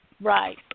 Right